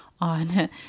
on